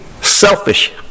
selfish